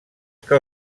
que